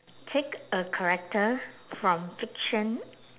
take a character from fiction